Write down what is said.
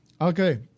Okay